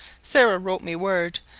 sarah wrote me word,